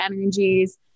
energies